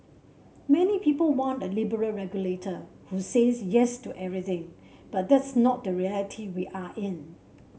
many people want a liberal regulator who says yes to everything but that's not the reality we are in